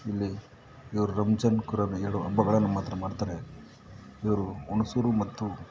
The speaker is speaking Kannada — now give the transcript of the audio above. ಇಲ್ಲಿ ಇವರು ರಂಜಾನ್ ಕುರಾನ್ ಎರಡು ಹಬ್ಬಗಳನ್ ಮಾತ್ರ ಮಾಡ್ತಾರೆ ಇವರು ಹುಣಸೂರು ಮತ್ತು